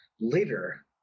later